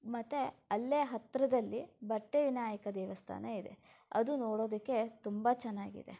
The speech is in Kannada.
ಮತ್ತೆ ಅಲ್ಲೇ ಹತ್ತಿರದಲ್ಲಿ ಬಟ್ಟೆ ವಿನಾಯಕ ದೇವಸ್ಥಾನ ಇದೆ ಅದು ನೋಡೋದಕ್ಕೆ ತುಂಬ ಚೆನ್ನಾಗಿದೆ